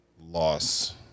loss